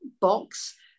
box